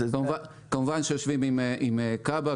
כמובן שיושבים עם כב"ה,